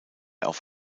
auf